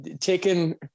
taken